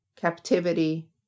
captivity